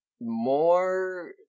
more